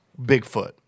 Bigfoot